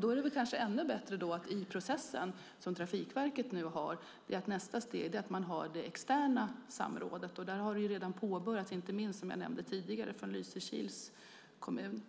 Då är det kanske ännu bättre att nästa steg i Trafikverkets process är att ha det externa samrådet. Det har redan påbörjats inte minst, som jag nämnde tidigare, från Lysekils kommun.